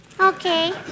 Okay